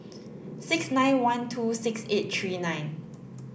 six nine one two six eight three nine